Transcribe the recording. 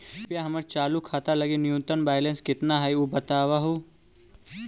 कृपया हमर चालू खाता लगी न्यूनतम बैलेंस कितना हई ऊ बतावहुं